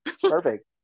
Perfect